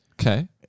Okay